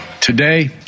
Today